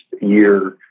year